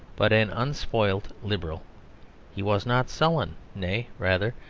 but an unspoilt liberal he was not sullen nay, rather,